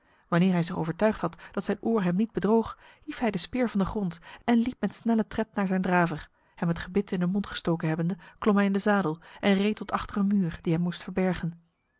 wanneer hij zich overtuigd had dat zijn oor hem niet bedroog hief hij de speer van de grond en liep met snelle tred naar zijn draver hem het gebit in de mond gestoken hebbende klom hij in de zadel en reed tot achter een muur die hem moest verbergen